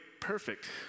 perfect